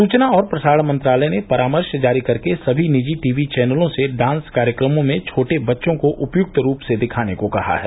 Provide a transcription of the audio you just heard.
सूचना और प्रसारण मंत्रालय ने परामर्श जारी करके सभी निजी टी वी चैनलों से डांस कार्यक्रमों में छोटे बच्चों को उपयुक्त रूप से दिखाने को कहा है